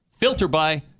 FilterBy